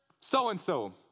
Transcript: so-and-so